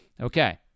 Okay